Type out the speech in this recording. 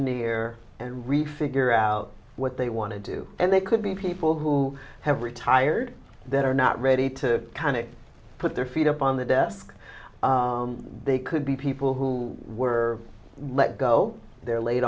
year and really figure out what they want to do and they could be people who have retired that are not ready to kind of put their feet up on the desk they could be people who were let go they're laid